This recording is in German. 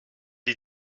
die